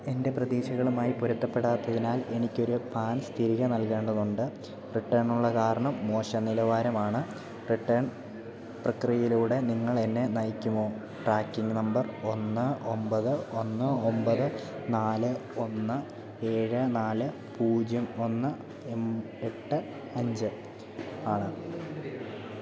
എൻ്റെ പ്രതീഷകളുമായി പൊരുത്തപ്പെടാത്തതിനാൽ എനിക്കൊരു പാൻസ് തിരികെ നൽകേണ്ടതുണ്ട് റിട്ടേണുള്ള കാരണം മോശം നിലവാരവാണ് റിട്ടേൺ പ്രക്രിയയിലൂടെ നിങ്ങളെന്നെ നയിക്കുമോ ട്രാക്കിംഗ് നമ്പർ ഒന്ന് ഒമ്പത് ഒന്ന് ഒമ്പത് നാല് ഒന്ന് ഏഴ് നാല് പൂജ്യം ഒന്ന് എം എട്ട് അഞ്ച് ആണ്